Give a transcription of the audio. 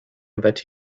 that